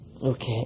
Okay